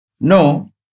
No